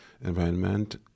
environment